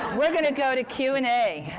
we're going to go to q and a.